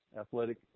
Athletic